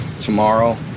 tomorrow